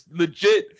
legit